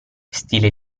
stile